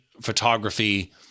photography